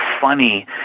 funny